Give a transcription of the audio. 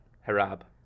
Harab